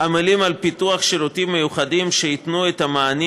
עמלים על פיתוח שירותים מיוחדים שייתנו את המענים